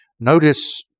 Notice